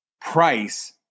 price